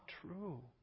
true